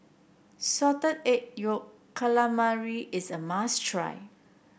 Salted Egg Yolk Calamari is a must try